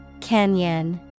Canyon